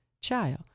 child